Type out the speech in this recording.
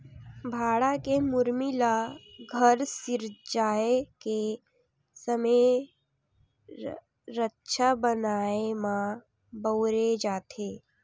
भाठा के मुरमी ल घर सिरजाए के समे रद्दा बनाए म बउरे जाथे